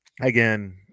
Again